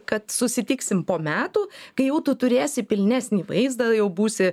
kad susitiksim po metų kai jau tu turėsi pilnesnį vaizdą jau būsi